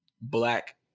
black